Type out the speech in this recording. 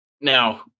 Now